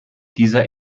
dieser